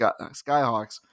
Skyhawks